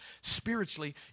Spiritually